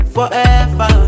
Forever